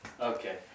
okay